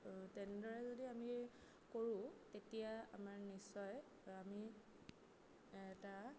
তেনেদৰে যদি আমি কৰোঁ তেতিয়া আমাৰ নিশ্চয় আমি এটা